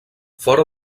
fora